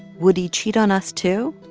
would he cheat on us, too?